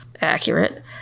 accurate